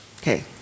Okay